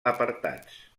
apartats